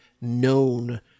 known